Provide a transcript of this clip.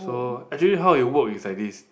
so actually how it work is like this